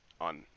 on